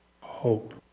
hope